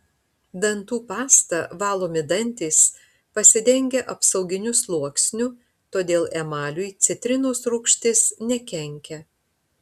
dantų pasta valomi dantys pasidengia apsauginiu sluoksniu todėl emaliui citrinos rūgštis nekenkia